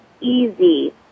easy